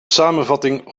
samenvatting